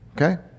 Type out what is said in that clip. Okay